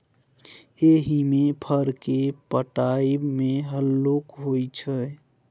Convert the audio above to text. एहिमे फर केँ पटाएब मे हल्लुक होइ छै